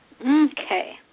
Okay